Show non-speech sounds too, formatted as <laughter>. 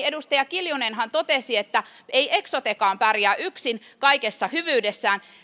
<unintelligible> edustaja kiljunenhan ymmärtääkseni totesi että ei eksotekaan pärjää yksin kaikessa hyvyydessään